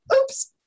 oops